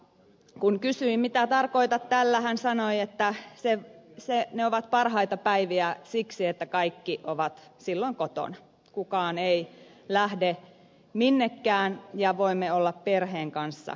kun kysyin mitä tarkoitat tällä hän sanoi että ne ovat parhaita päiviä siksi että kaikki ovat silloin kotona kukaan ei lähde minnekään ja voimme olla perheen kanssa kotona